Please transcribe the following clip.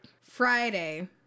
friday